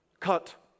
cut